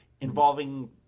involving